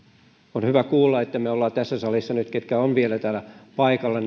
on hyvä kuulla että me me olemme tässä salissa nyt ketkä ovat vielä täällä paikalla